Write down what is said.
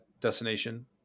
destination